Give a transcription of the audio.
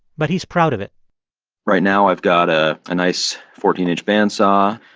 but he's proud of it right now, i've got a nice fourteen inch band saw,